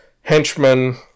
henchmen